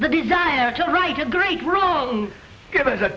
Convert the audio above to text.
the desire to write a great rome give us a